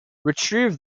retrieve